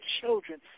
children